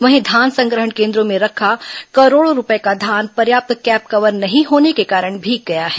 वहीं धान संग्रहण केन्द्रों में रखा करोड़ों रूपये का धान पर्याप्त कैप कवर नहीं होने के कारण भीग गया है